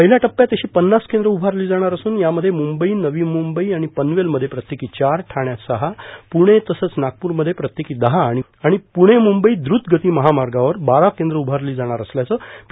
पहिल्या टप्प्यात अशी पव्नास केंद्र उभारली जाणार असून यामध्ये मुंबई नवी मुंबई आणि पनवेलमध्ये प्रत्येकी चार ठाण्यात सहा पुणे तसंच नागपूरमध्ये प्रत्येकी दहा आणि प्रणे म्रंबई द्रतगती महामार्गावर बारा केंद्र उभारली जाणार असल्याचं पी